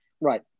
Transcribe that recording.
right